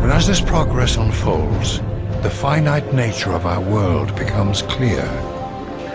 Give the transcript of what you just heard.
but as this progress unfolds the finite nature of our world becomes clear